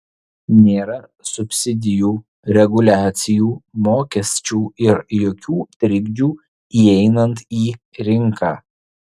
nėra subsidijų reguliacijų mokesčių ir jokių trikdžių įeinant į rinką